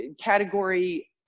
category